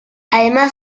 además